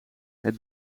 het